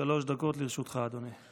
שלוש דקות לרשותך, אדוני.